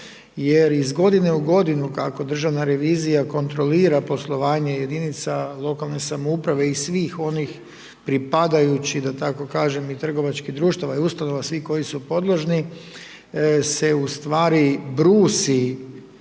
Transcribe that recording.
jer iz godine kako Državna revizija kontrolira poslovanja jedinica lokalne samouprave i svih onih pripadajućih da tako kažem i trgovačkih društava i ustanova svih koji su podložni, se ustvari brusi